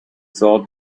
saw